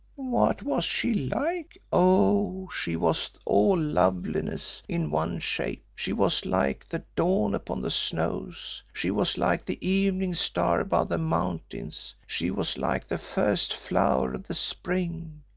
what was she like? oh! she was all loveliness in one shape she was like the dawn upon the snows she was like the evening star above the mountains she was like the first flower of the spring.